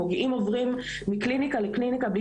הפוגעים עוברים מקליניקה לקליניקה בלי